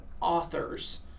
authors